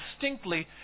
distinctly